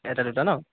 এটা দুটা ন